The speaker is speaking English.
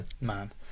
Man